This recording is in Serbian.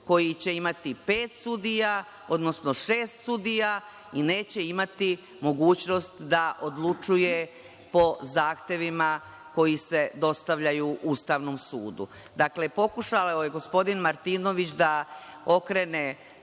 koji će imati pet sudija, odnosno šest sudija i neće imati mogućnost da odlučuje po zahtevima koji se dostavljaju Ustavnom sudu. Dakle, pokušao je gospodin Martinović da okrene